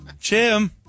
Jim